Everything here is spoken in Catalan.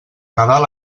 nadal